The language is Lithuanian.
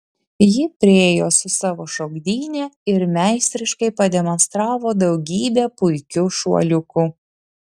ji priėjo su savo šokdyne ir meistriškai pademonstravo daugybę puikių šuoliukų